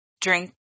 drink